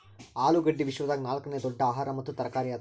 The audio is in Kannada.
ಆಲೂಗಡ್ಡಿ ವಿಶ್ವದಾಗ್ ನಾಲ್ಕನೇ ದೊಡ್ಡ ಆಹಾರ ಮತ್ತ ತರಕಾರಿ ಅದಾ